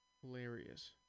hilarious